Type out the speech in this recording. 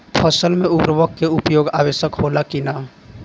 फसल में उर्वरक के उपयोग आवश्यक होला कि न?